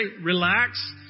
relax